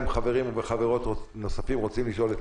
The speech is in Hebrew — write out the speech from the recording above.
אם חברים וחברות נוספים רוצים לשאול את